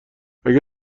اگر